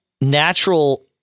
natural